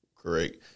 Correct